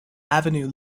avenue